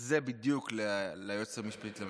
הזה בדיוק ליועצת המשפטית לממשלה.